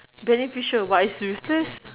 beneficial but it's useless